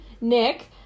Nick